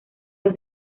dos